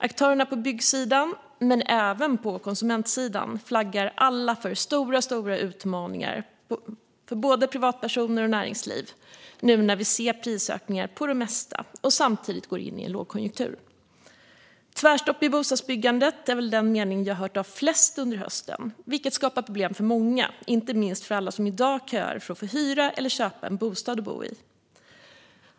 Aktörerna på byggsidan, men även på konsumentsidan, flaggar alla för stora utmaningar för både privatpersoner och näringsliv när vi nu ser prisökningar på det mesta och samtidigt går in i en lågkonjunktur. Tvärstopp i bostadsbyggandet är väl det jag hört från flest under hösten, vilket skapar problem för många, inte minst alla som i dag köar för att få hyra eller köpa en bostad att bo i.